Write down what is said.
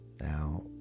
Now